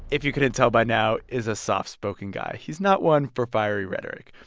if you couldn't tell by now, is a soft-spoken guy. he's not one for fiery rhetoric.